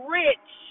rich